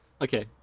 Okay